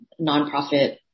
nonprofit